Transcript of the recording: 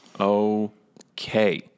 Okay